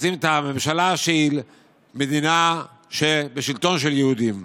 ממשלה שהיא מדינה בשלטון של יהודים,